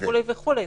וכולי וכולי.